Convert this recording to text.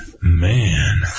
Man